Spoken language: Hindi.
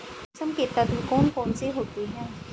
मौसम के तत्व कौन कौन से होते हैं?